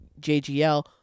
JGL